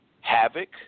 Havoc